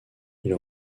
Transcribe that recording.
ils